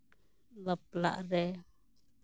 ᱵᱟᱯᱞᱟᱜ ᱨᱮ